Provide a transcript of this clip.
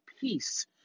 peace